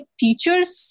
teachers